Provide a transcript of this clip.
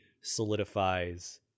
solidifies